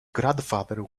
grandfather